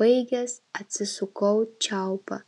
baigęs atsisukau čiaupą